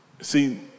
see